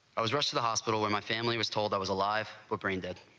i was rushed to the hospital in my family was told i was alive we'll bring that.